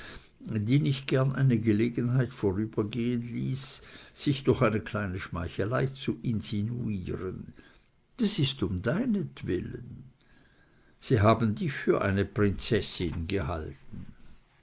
die nicht gern eine gelegenheit vorübergehen ließ sich durch eine kleine schmeichelei zu insinuieren das ist um deinetwillen sie haben dich für eine prinzessin gehalten